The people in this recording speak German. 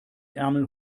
ärmel